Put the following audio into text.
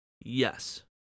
Yes